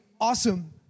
awesome